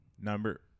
number